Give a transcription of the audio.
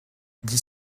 dix